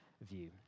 view